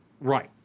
Right